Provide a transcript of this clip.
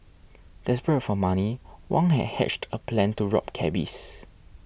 desperate for money Wang had hatched a plan to rob cabbies